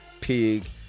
Pig